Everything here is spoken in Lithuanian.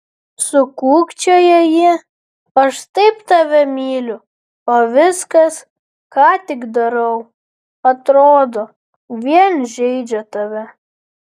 sukūkčiojo ji aš taip tave myliu o viskas ką tik darau atrodo vien žeidžia tave